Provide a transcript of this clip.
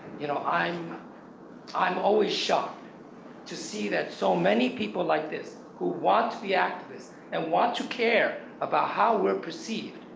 you know, i'm i'm always shocked to see that so many people like this, who want to be activists, and want to care about how we're perceived,